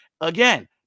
Again